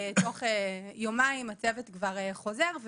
תוך יומיים הצוות כבר חוזר,